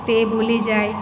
તે ભૂલી જાય